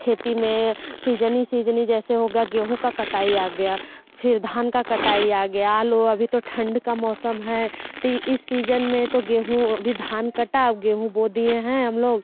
खेती में सीजन ही सीजन ही जैसे हो गया गेहूँ का कटाई आ गया फिर धान का कटाई आ गया आलू अभी तो ठंड का मौसम है तो इस सीजन में तो गेहूँ अभी धान कटा अब गेहूँ बो दिए हैं हम लोग